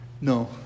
No